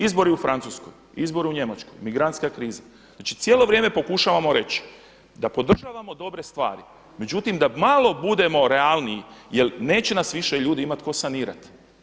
Izbori u Francuskoj, izbori u Njemačkoj, migrantska kriza znači cijelo vrijeme pokušavamo reći da podržavamo dobre stvari međutim da malo budemo realniji jer neće nas više ljudi imati tko sanirat.